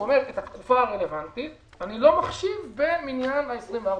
הוא אומר את התקופה הרלוונטית אני לא מחשיב במניין ה-24 חודשים.